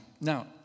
Now